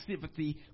sympathy